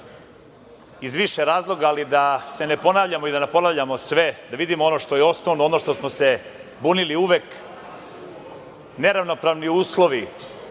iz više razloga, ali da se ne ponavljamo i da ne ponavljamo sve i da vidimo ono što je osnovno, ono što smo se bunili uvek, neravnopravni uslovi